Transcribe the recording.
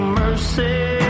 mercy